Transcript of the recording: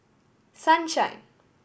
sunshine